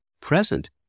present